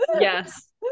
yes